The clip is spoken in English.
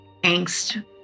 angst